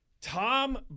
Tom